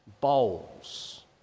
Bowls